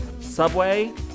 Subway